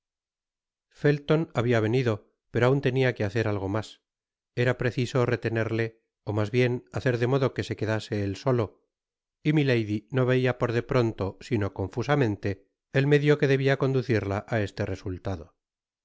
felton habia venido peco aun tenia que hacer algo mas era preciso retenerle ó mas bien hacer de modo que se quedase él solo y milady no veia por de pronto sino confusamente el medio que debia conducirla á este resultado